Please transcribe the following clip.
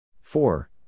Four